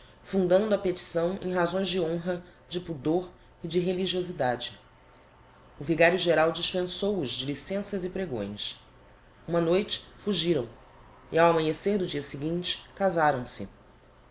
fundando a petição em razões de honra de pudor e de religiosidade o vigario geral dispensou os de licenças e pregões uma noite fugiram e ao amanhecer do dia seguinte casaram-se